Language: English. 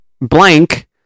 blank